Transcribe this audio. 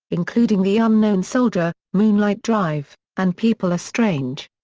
including the unknown soldier, moonlight drive, and people are strange.